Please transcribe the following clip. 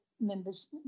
members